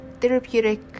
therapeutic